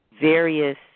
various